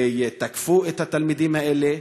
ותקפו את התלמידים האלה,